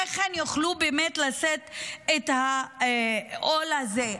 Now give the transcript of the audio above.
איך הן יוכלו באמת לשאת את העול הזה?